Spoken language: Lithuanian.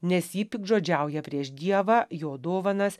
nes ji piktžodžiauja prieš dievą jo dovanas